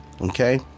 Okay